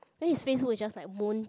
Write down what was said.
then his FaceBook is just like moon